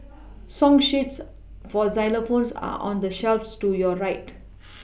song sheets for xylophones are on the shelves to your right